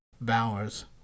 Bowers